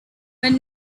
when